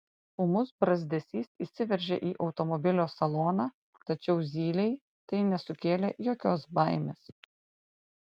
ūmus brazdesys įsiveržė į automobilio saloną tačiau zylei tai nesukėlė jokios baimės